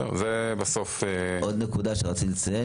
רציתי לדבר